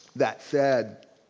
that said,